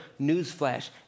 Newsflash